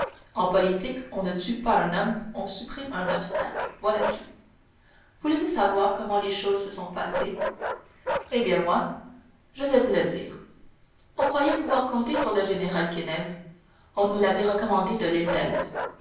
en politique on ne tue pas un homme on supprime un obstacle voilà tout voulez-vous savoir comment les choses se sont passées eh bien moi je vais vous le dire on croyait pouvoir compter sur le général quesnel on nous l'avait recommandé de l'île d'elbe